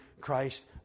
Christ